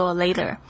later